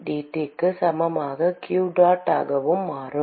dT க்கு சமமாக qdot ஆகவும் மாறும்